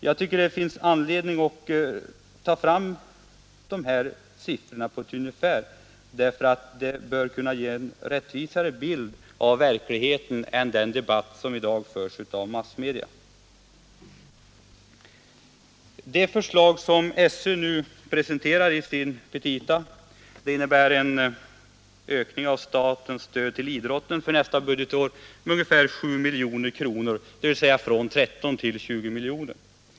Jag tycker det finns anledning att redovisa de här ungefärliga siffrorna därför att de bör kunna ge en rättvisare bild av verkligheten än den debatt som i dag förs i massmedia. Det förslag som skolöverstyrelsen nu presenterar i sina petita innebär en ökning av statsstödet till idrotten för nästa budgetår med 7 miljoner kronor, dvs. från 13 till 20 miljoner.